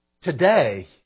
today